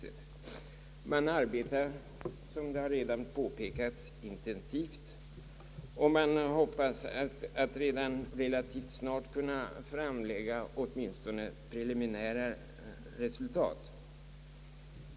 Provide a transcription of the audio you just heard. Gruppen arbetar intensivt, såsom redan har påpekats, och man hoppas att redan relativt snart kunna framlägga åtminstone preliminära resultat.